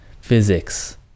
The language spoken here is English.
physics